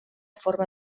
forma